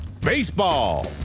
Baseball